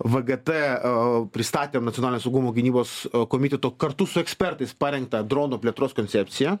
vgt pristatėm nacionalinio saugumo gynybos komiteto kartu su ekspertais parengtą dronų plėtros koncepciją